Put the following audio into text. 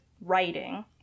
writing